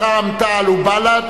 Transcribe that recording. רע"ם-תע"ל ובל"ד,